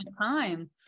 time